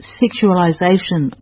sexualization